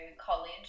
college